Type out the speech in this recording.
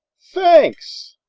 thanks.